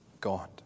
God